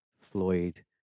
floyd